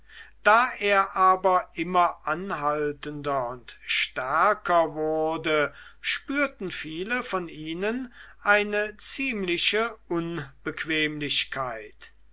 da er aber immer anhaltender und stärker wurde spürten viele von ihnen eine ziemliche unbequemlichkeit